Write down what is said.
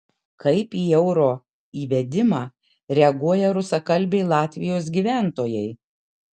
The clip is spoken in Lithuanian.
kaip į euro įvedimą reaguoja rusakalbiai latvijos gyventojai